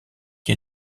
qui